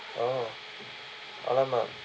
oh !alamak!